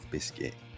Biscuit